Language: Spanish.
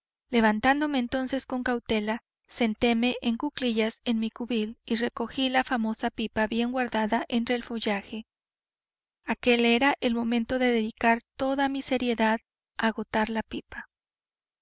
levantándome entonces con cautela sentéme en cuclillas en mi cubil y recogí la famosa pipa bien guardada entre el follaje aquel era el momento de dedicar toda mi seriedad a agotar la pipa